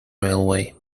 railway